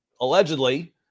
Allegedly